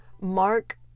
mark